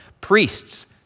priests